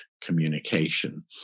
communication